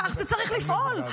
כך זה צריך לפעול.